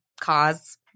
cause